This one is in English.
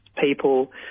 people